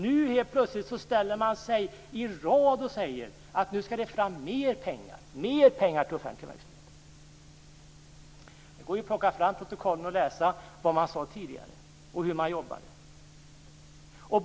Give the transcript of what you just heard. Nu helt plötsligt ställer man sig i rad och säger att det skall tas fram mer pengar till offentlig verksamhet - det går ju att plocka fram protokollen och läsa vad man sade tidigare och hur man jobbade.